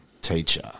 teacher